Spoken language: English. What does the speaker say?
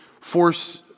force